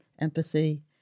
empathy